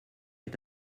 est